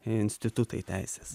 institutai teisės